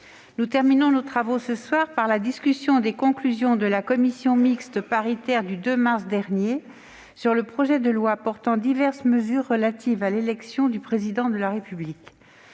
nous terminons nos travaux aujourd'hui par la discussion des conclusions de la commission mixte paritaire du 2 mars dernier sur le projet de loi portant diverses mesures relatives à l'élection du Président de la République.